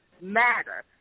matter